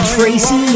Tracy